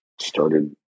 started